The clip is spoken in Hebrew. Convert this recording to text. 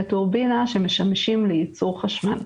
שמשמשים לייצור חשמל.